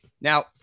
Now